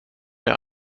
jag